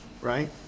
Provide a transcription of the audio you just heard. right